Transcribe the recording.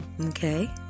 Okay